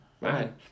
right